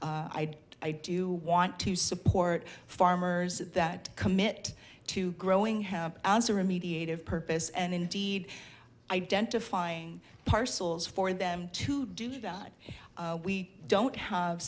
i'd i do want to support farmers that commit to growing have answer mediated purpose and indeed identifying parcels for them to do that we don't have